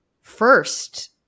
first